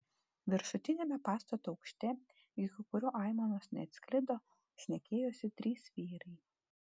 viršutiniame pastato aukšte iki kurio aimanos neatsklido šnekėjosi trys vyrai